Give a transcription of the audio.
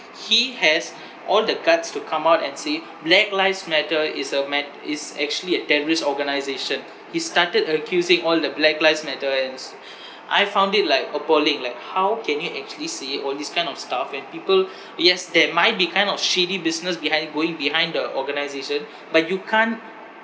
he has all the guts to come out and say black lives matter is a mat~ is actually a terrorist organisation he started accusing all the black lives matter ands I found it like appalling like how can you actually say all these kind of stuff when people yes there might be kind of shady business behind going behind the organisation but you can't